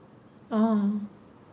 oh